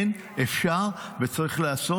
כן, אפשר וצריך לעשות.